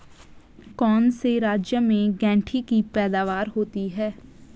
कौन से राज्य में गेंठी की पैदावार होती है?